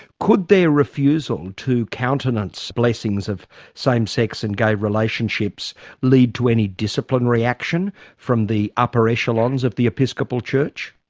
could their refusal to countenance blessings of same-sex and gay relationships lead to any disciplinary action from the upper echelons of the episcopal church?